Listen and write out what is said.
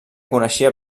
coneixia